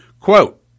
Quote